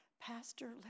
Pastor